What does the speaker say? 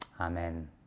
amen